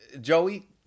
Joey